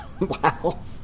Wow